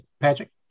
patrick